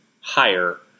higher